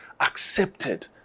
accepted